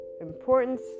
importance